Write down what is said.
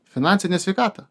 finansinę sveikatą